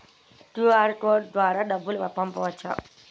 QR code ద్వారా డబ్బులు పంపవచ్చా?